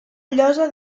llosa